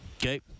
Okay